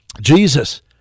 Jesus